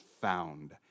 found